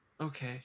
Okay